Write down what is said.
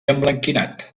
emblanquinat